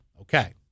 Okay